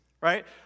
right